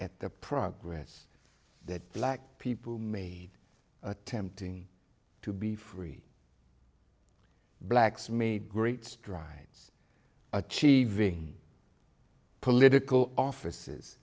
at the progress that black people made attempting to be free blacks made great strides achieving political offices